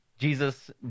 Jesus